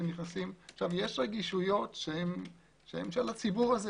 יש רגישויות של הציבור הזה.